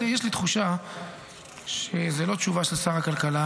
יש לי תחושה שזאת לא תשובה של שר הכלכלה.